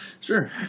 Sure